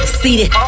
seated